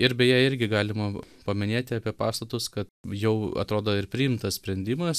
ir beje irgi galima paminėti apie pastatus kad jau atrodo ir priimtas sprendimas